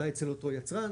אולי אצל אותו יצרן,